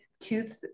tooth